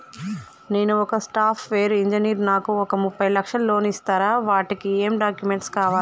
నేను ఒక software engineer నాకు ఒక ముప్పై లక్షల లోన్ ఇస్తరా? వాటికి ఏం డాక్యుమెంట్స్ కావాలి?